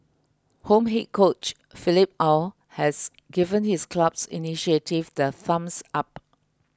home head coach Philippe Aw has given his club's initiative the thumbs up